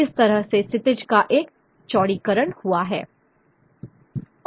इस तरह से क्षितिज का एक चौड़ीकरण हुआ है